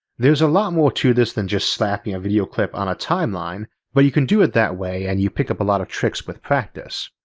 there's a lot more to this than just slapping a video clip on the timeline but you can do it that way and you pick up a lot of tricks with practice.